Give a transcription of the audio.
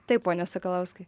taip pone sakalauskai